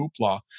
hoopla